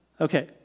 Okay